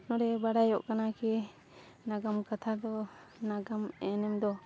ᱱᱚᱸᱰᱮ ᱵᱟᱲᱟᱭᱚᱜ ᱠᱟᱱᱟ ᱠᱤ ᱱᱟᱜᱟᱢ ᱠᱟᱛᱷᱟ ᱫᱚ ᱱᱟᱜᱟᱢ ᱮᱱᱮᱢ ᱫᱚ